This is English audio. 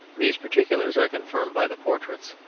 these particulars are confirmed by the portraits.